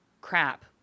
crap